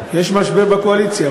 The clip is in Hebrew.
יש משבר בקואליציה,